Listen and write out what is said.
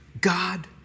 God